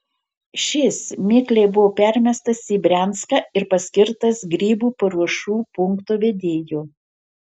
šis mikliai buvo permestas į brianską ir paskirtas grybų paruošų punkto vedėju